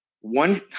one